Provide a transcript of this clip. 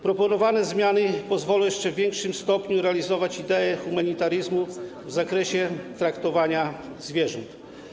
Proponowane zmiany pozwolą w jeszcze większym stopniu realizować idee humanitaryzmu w zakresie traktowania zwierząt.